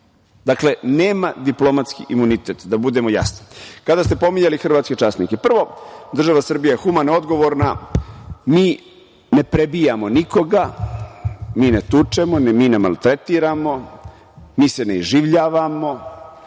Dakle, nema diplomatski imunitet, da budemo jasni. Kada ste pominjali hrvatske časnike, prvo država Srbija je humana, odgovorna, mi ne prebijamo nikoga, mi ne tučemo, mi ne maltretiramo, mi se ne iživljavamo,